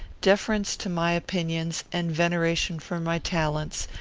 deference to my opinions, and veneration for my talents,